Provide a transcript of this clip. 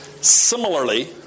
Similarly